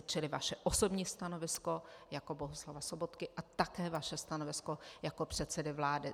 Čili vaše osobní stanovisko jako Bohuslava Sobotky a také vaše stanovisko jako předsedy vlády.